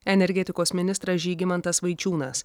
energetikos ministras žygimantas vaičiūnas